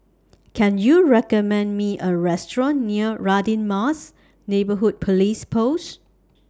Can YOU recommend Me A Restaurant near Radin Mas Neighbourhood Police Post